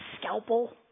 scalpel